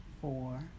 four